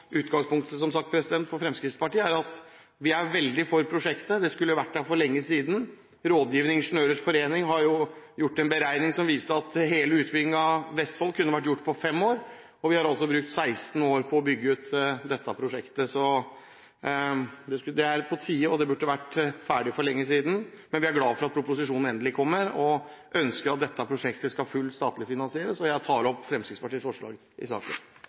Utgangspunktet, som sagt, for Fremskrittspartiet er at vi er veldig for prosjektet, det skulle vært her for lenge siden. Rådgivende Ingeniørers Forening har gjort en beregning som viste at hele utbyggingen av Vestfold kunne vært gjort på fem år, og vi har altså brukt 16 år på å bygge ut dette prosjektet. Så det er på tide, og det burde vært ferdig for lenge siden, men vi er glad for at proposisjonen endelig kom, og ønsker statlig fullfinansiering av dette prosjektet. Jeg tar opp Fremskrittspartiets forslag i saken.